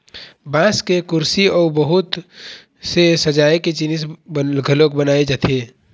बांस के कुरसी अउ बहुत से सजाए के जिनिस घलोक बनाए जाथे